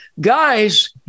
guys